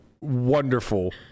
wonderful